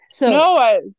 No